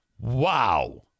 Wow